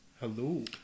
Hello